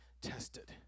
tested